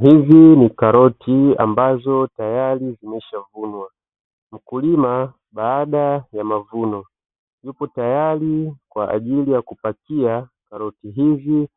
Hizi ni karoti ambazo tayari zimeshavunwa, mkulima baada ya mavuno yupo tayari kwajili ya kupakia karoti hizi